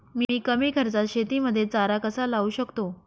मी कमी खर्चात शेतीमध्ये चारा कसा लावू शकतो?